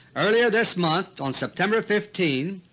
earlier this month, on september fifteen,